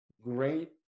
great